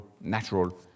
natural